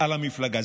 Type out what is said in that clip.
על המפלגה,